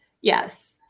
Yes